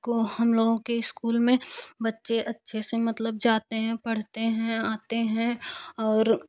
को हम लोगों के स्कूल में बच्चे अच्छे से मतलब जाते हैं पढ़ते हैं आते हैं और